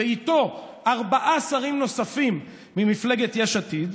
ואיתו ארבעה שרים נוספים ממפלגת יש עתיד,